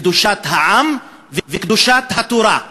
קדושת העם וקדושת התורה,